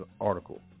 article